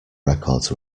records